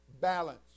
balance